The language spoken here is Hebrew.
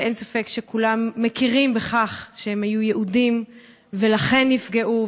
אין ספק שכולם מכירים בכך שהם היו יהודים ולכן נפגעו,